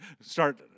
start